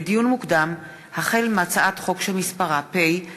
לדיון מוקדם: החל בהצעת חוק פ/2581/19